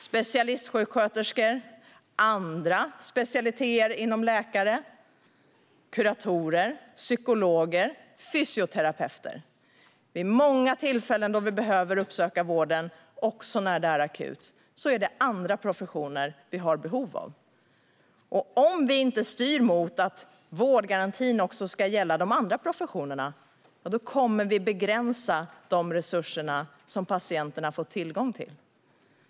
Specialistsjuksköterskor, läkare med andra specialiteter, kuratorer, psykologer, fysioterapeuter - vid många tillfällen när vi behöver uppsöka vården, också när det är akut, är det andra professioner vi har behov av. Om vi inte styr mot att vårdgarantin ska gälla också de andra professionerna kommer vi att begränsa de resurser som patienterna får tillgång till.